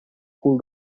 cul